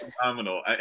phenomenal